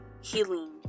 healing